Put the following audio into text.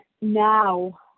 now